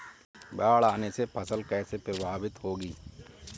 बाढ़ आने से फसल कैसे प्रभावित होगी?